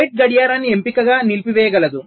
gate గడియారాన్ని ఎంపికగా నిలిపివేయగలదు